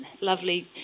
lovely